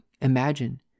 imagine